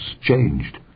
changed